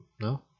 No